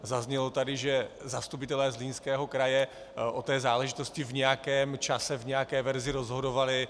Zaznělo tady, že zastupitelé Zlínského kraje o té záležitosti v nějakém čase, v nějaké verzi rozhodovali.